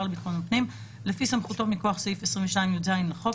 לביטחון הפנים לפי סמכותו מכוח סעיף 22יז לחוק,